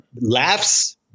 laughs